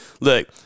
look